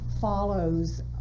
follows